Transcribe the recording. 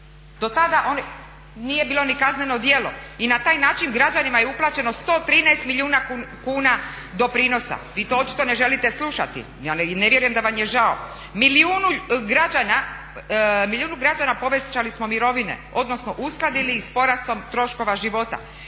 Do tada nije bilo ni kazneno djelo i na taj način građanima je uplaćeno 113 milijuna kuna doprinosa. Vi to očito ne želite slušati. Ja ne vjerujem da vam je žao. Milijunu građana povećali smo mirovine, odnosno uskladili ih sa porastom troškova života.